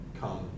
come